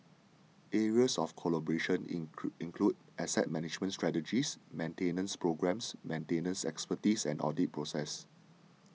areas of collaboration include asset management strategies maintenance programmes maintenance expertise and audit processes